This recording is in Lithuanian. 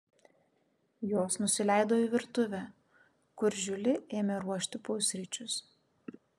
jos nusileido į virtuvę kur žiuli ėmė ruošti pusryčius